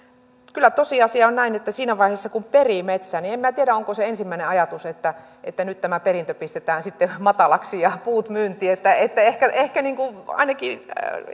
kyllä tosiasia on näin että siinä vaiheessa kun perii metsää niin en minä tiedä onko se ensimmäinen ajatus että että nyt tämä perintö pistetään sitten matalaksi ja puut myyntiin ehkä ehkä ainakin